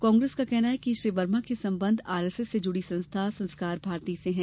कांग्रेस का कहना है कि श्री वर्मा के संबंध आरएसएस से जुड़ी संस्था संस्कार भारती से हैं